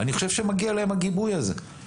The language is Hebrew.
אני חושב שהגיבוי הזה מגיע להם.